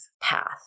path